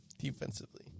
defensively